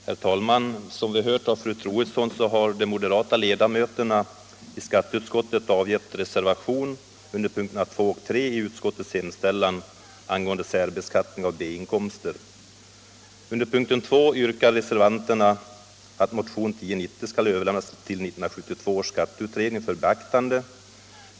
Herr talman! Som vi hört av fru Troedsson har de moderata ledamöterna i skatteutskottet avgett reservation under punkterna 2 och 3 i utskottets hemställan angående särbeskattning av B-inkomster. Under punkten 2 yrkar reservanterna att motion 1090 skall överlämnas till 1972 års skatteutredning för beaktande.